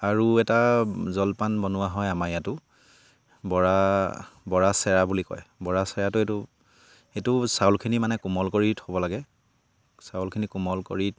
আৰু এটা জলপান বনোৱা হয় আমাৰ ইয়াতো বৰা বৰা চেৱা বুলি কয় বৰা চেৱাটো এইটো এইটো চাউলখিনি মানে কোমল কৰি থ'ব লাগে চাউলখিনি কোমল কৰি